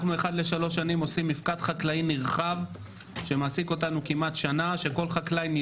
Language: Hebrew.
אנחנו עושים מפקד חקלאי נרחב אחת לשלוש שנים,